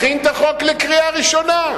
מכין את החוק לקריאה ראשונה.